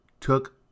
took